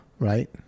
Right